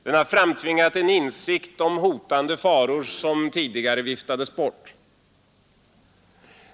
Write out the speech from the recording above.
Den har framtvingat en insikt om hotande faror som tidigare viftades bort.